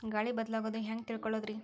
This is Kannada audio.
ಗಾಳಿ ಬದಲಾಗೊದು ಹ್ಯಾಂಗ್ ತಿಳ್ಕೋಳೊದ್ರೇ?